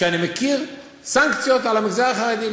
אני מכיר סנקציות על המגזר החרדי.